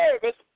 service